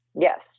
Yes